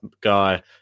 guy